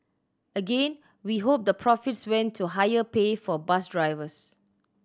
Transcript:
again we hope the profits went to higher pay for bus drivers